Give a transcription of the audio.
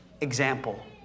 example